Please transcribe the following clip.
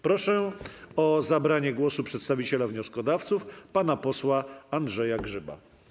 Proszę o zabranie głosu przedstawiciela wnioskodawców pana posła Andrzeja Grzyba.